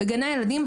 בגני הילדים,